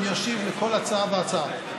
אני אשיב על כל הצעה והצעה.